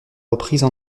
reprises